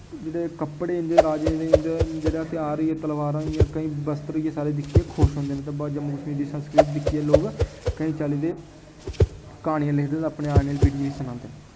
जेह्ड़े कपड़े इं'दे राजें दे इंं'दे जेह्ड़े थेहार होई आ तलवारां होइयां केईं बस्तर होई गे सारे दिक्खियै खुश होंदे न जम्मू कश्मीर दी संस्कृति दिक्खियै लोक केईं चाल्ली दे क्हानियां लिखदे ते अपने औने आह्ली पीढ़ियें गी सनांदे न